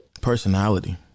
Personality